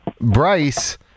Bryce